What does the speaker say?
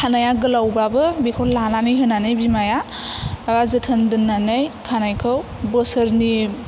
खानाया गोलाव बाबो बिखौ लानानै होनानै बिमाया जोथोन दोननानै खानायखौ बोसोरनि